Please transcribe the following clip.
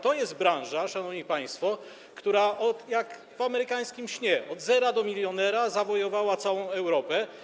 To jest nasza branża, szanowni państwo, która jak w amerykańskim śnie od zera do milionera zawojowała całą Europę.